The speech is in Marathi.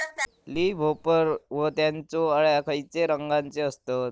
लीप होपर व त्यानचो अळ्या खैचे रंगाचे असतत?